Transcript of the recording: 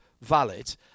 valid